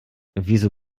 wieso